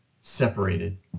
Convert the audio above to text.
separated